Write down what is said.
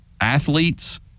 athletes